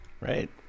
right